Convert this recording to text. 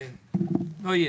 יהיה.